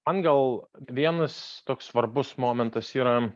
man gal vienas toks svarbus momentas yra